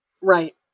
Right